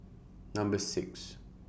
Number six